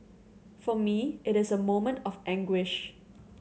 for me it is a moment of anguish